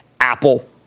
Apple